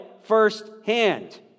firsthand